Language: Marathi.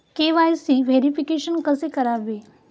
के.वाय.सी व्हेरिफिकेशन कसे करावे?